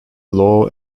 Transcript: law